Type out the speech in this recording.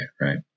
right